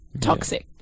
Toxic